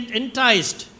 enticed